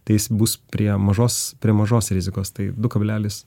tai jis bus prie mažos prie mažos rizikos tai du kablelis